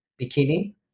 bikini